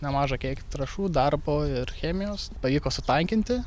nemažą kiekį trąšų darbo ir chemijos pavyko sutankinti